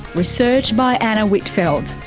research by anna whitfeld,